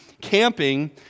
camping